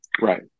Right